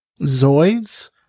Zoids